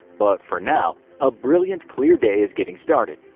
but for now, a brilliant, clear day is getting started.